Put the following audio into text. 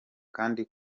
kandi